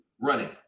running